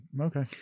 okay